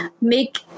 make